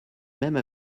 même